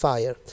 Fire